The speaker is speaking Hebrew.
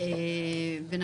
ביטוח וחיסכון,